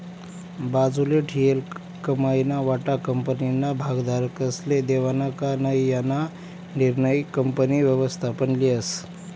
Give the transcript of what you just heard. बाजूले ठीयेल कमाईना वाटा कंपनीना भागधारकस्ले देवानं का नै याना निर्णय कंपनी व्ययस्थापन लेस